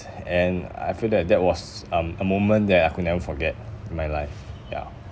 and I feel that that was a a moment that I could never forget in my life ya